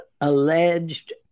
alleged